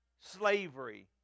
slavery